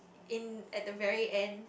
in at the very end